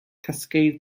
cascade